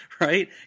right